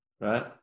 right